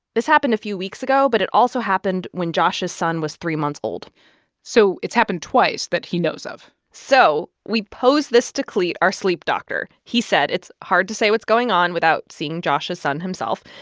this happened a few weeks ago. but it also happened when josh's son was three months old so it's happened twice that he knows of so we posed this to clete, our sleep doctor. he said it's hard to say what's going on without seeing josh's son himself.